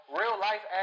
real-life